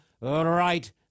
right